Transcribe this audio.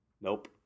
Nope